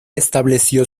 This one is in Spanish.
estableció